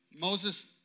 Moses